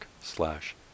slash